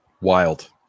Wild